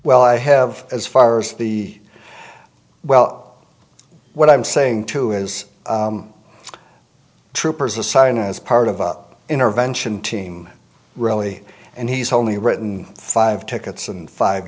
well i have as far as the well what i'm saying to you is troopers assign as part of up intervention team really and he's only written five tickets and five